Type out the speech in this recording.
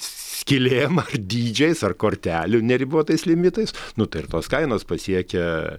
skylėm dydžiais ar kortelių neribotais limitais nu tai ir tos kainos pasiekia